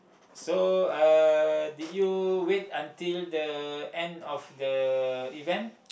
so uh did you wait until the end of the event